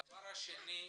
דבר שני,